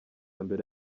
mbere